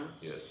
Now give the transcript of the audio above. Yes